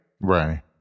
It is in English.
Right